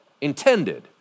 intended